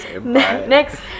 Next